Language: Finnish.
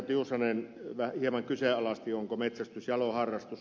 tiusanen hieman kyseenalaisti onko metsästys jalo harrastus